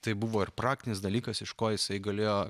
tai tai buvo ir praktinis dalykas iš ko jisai galėjo